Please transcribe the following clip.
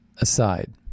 aside